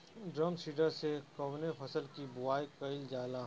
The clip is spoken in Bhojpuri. ड्रम सीडर से कवने फसल कि बुआई कयील जाला?